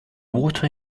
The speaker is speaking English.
water